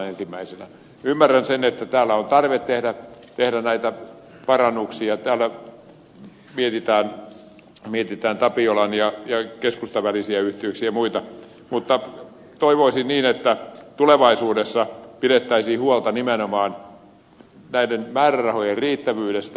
ymmärrän sen että täällä on tarve tehdä näitä parannuksia täällä mietitään tapiolan ja keskustan välisiä yhteyksiä ja muita mutta toivoisin että tulevaisuudessa pidettäisiin huolta nimenomaan näiden määrärahojen riittävyydestä